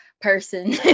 person